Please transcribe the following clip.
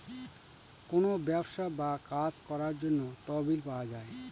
কোনো ব্যবসা বা কাজ করার জন্য তহবিল পাওয়া যায়